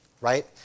right